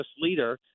leader